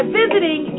visiting